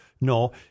no